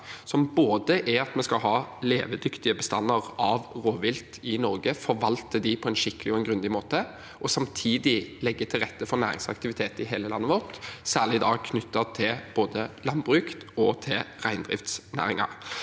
gang. Det er at vi skal ha levedyktige bestander av rovvilt i Norge, forvalte dem på en skikkelig og grundig måte, og samtidig legge til rette for næringsaktivitet i hele landet vårt, særlig knyttet til både landbruk og reindriftsnæringen.